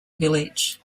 village